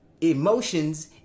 emotions